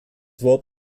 wort